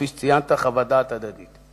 כפי שציינת, חוות דעת הדדית.